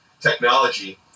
technology